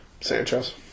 Sanchez